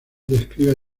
describe